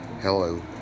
Hello